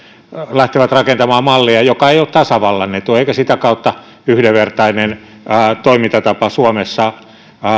lähtevät rakentamaan mallia joka ei ole tasavallan etu eikä sitä kautta yhdenvertainen toimintatapa suomessa